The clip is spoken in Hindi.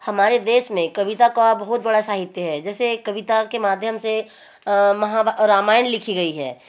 हमारे देश में कविता का बहुत बड़ा साहित्य है जैसे कविता के माध्यम से रामायण लिखी गई है